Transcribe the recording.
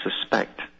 suspect